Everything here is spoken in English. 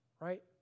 Right